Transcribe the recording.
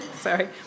sorry